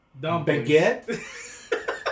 Baguette